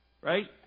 right